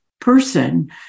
person